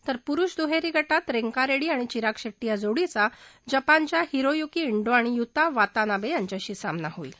तर पुरुष दुहेरी गटात रेंका रेङ्डी आणि चिराग शेट्टी या जोडीचा जपानच्या हिरोयुकी डी आणि युता वातानाबे यांच्याशी सामना होईल